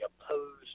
opposed